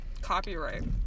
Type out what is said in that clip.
Copyright